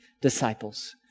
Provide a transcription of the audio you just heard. disciples